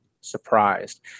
surprised